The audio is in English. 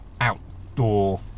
outdoor